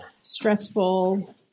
stressful